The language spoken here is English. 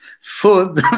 food